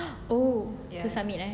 ha oh to submit ya